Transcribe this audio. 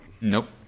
nope